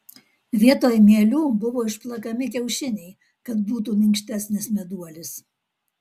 vietoj mielių buvo išplakami kiaušiniai kad būtų minkštesnis meduolis